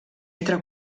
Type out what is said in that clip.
entre